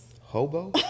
Hobo